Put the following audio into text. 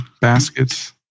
baskets